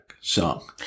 song